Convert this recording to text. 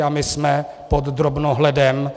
A my jsme pod drobnohledem.